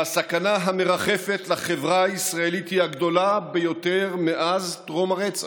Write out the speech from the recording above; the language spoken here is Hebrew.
והסכנה המרחפת מעל החברה הישראלית היא הגדולה ביותר מאז טרום הרצח.